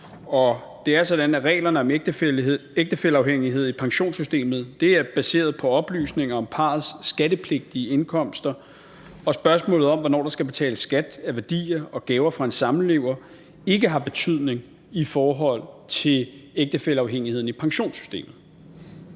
det er sådan, at reglerne om ægtefælleafhængighed i pensionssystemet er baseret på oplysninger om parrets skattepligtige indkomster, og spørgsmålet om, hvornår der skal betales skat af værdier og gaver fra en samlever, har ikke betydning i forhold til ægtefælleafhængigheden i pensionssystemet.